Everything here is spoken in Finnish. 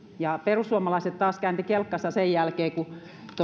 ja perussuomalaiset taas käänsivät kelkkansa sen jälkeen kun